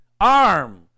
arm